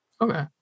okay